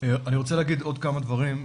אני רוצה להגיד עוד כמה דברים.